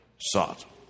sought